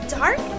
dark